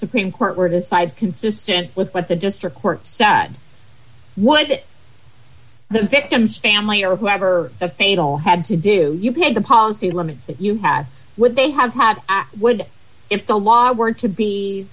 supreme court were decide consistent with what the district court sad what the victim's family or whoever a fatal had to do you paid the policy limits that you have would they have had would if the law were to be